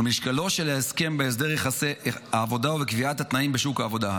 ולמשקלו של ההסכם בהסדר יחסי העבודה ובקביעת התנאים בשוק העבודה.